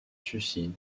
suicide